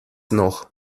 noch